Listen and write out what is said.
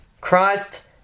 Christ